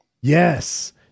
Yes